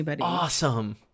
Awesome